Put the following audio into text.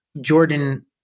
Jordan